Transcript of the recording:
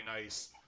nice